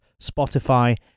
Spotify